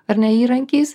ar ne įrankiais